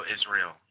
Israel